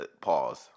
Pause